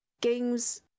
games